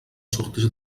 surtis